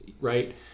right